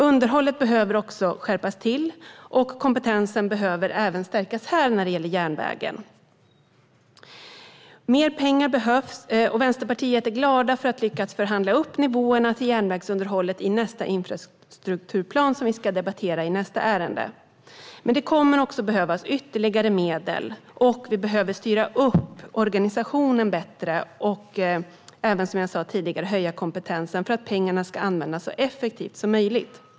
Underhållet behöver också skärpas till, och kompetensen när det gäller järnvägen behöver stärkas även på den här punkten. Mer pengar behövs, och vi i Vänsterpartiet är glada att vi har lyckats förhandla upp nivåerna till järnvägsunderhållet i nästa infrastrukturplan. Det är nästa ärende vi ska debattera. Det kommer dock att behövas ytterligare medel, och vi behöver styra upp organisationen bättre - samt, som jag sa tidigare, höja kompetensen för att pengarna ska användas så effektivt som möjligt.